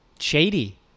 Shady